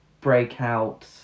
breakout